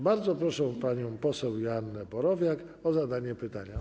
Bardzo proszę panią poseł Joannę Borowiak o zadanie pytania.